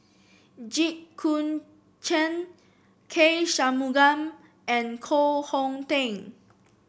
Jit Koon Ch'ng K Shanmugam and Koh Hong Teng